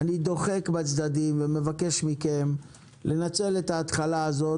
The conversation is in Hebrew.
אני דוחק בצדדים ומבקש מכם לנצל את ההתחלה הזאת